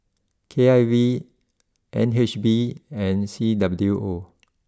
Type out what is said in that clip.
K I V N H B and C W O